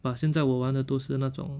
but 现在我玩的都是那种